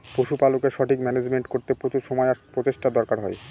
পশুপালকের সঠিক মান্যাজমেন্ট করতে প্রচুর সময় আর প্রচেষ্টার দরকার হয়